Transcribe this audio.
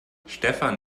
stefan